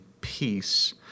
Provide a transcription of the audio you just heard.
peace